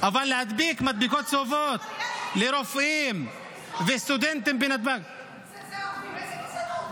אבל להדביק מדבקות צהובות לרופאים וסטודנטים בנתב"ג --- איזה גזענות?